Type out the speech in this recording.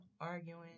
arguing